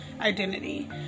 identity